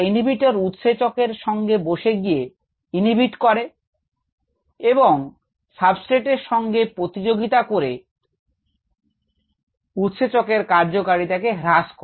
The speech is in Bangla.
ইনহিবিটর উৎসেচক এর সঙ্গে বসে গিয়ে ইনহিবিট করে এবং সাবস্ট্রেট এর সঙ্গে প্রতিযোগিতা করে উৎসেচক এর কার্যকারিতা হ্রাস করে